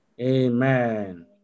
Amen